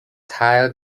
teil